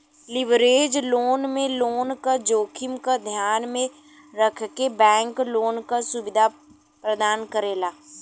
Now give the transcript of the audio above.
leverage loan में loan क जोखिम क ध्यान में रखके बैंक लोन क सुविधा प्रदान करेला